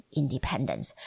independence